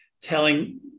telling